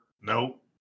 Nope